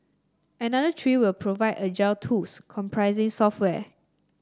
another three will provide agile tools comprising software